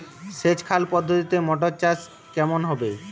সেচ খাল পদ্ধতিতে মটর চাষ কেমন হবে?